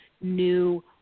new